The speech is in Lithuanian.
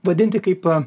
vadinti kaip